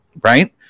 right